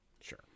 sure